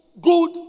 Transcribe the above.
good